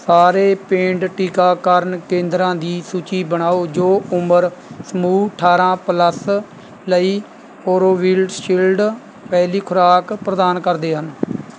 ਸਾਰੇ ਪੇਂਡ ਟੀਕਾਕਰਨ ਕੇਂਦਰਾਂ ਦੀ ਸੂਚੀ ਬਣਾਓ ਜੋ ਉਮਰ ਸਮੂਹ ਅਠਾਰਾਂ ਪਲੱਸ ਲਈ ਕੋਰੋਵਿਲਡਸ਼ਿਲਡ ਪਹਿਲੀ ਖੁਰਾਕ ਪ੍ਰਦਾਨ ਕਰਦੇ ਹਨ